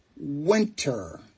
Winter